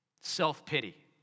self-pity